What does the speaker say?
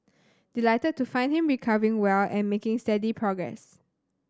delighted to find him recovering well and making steady progress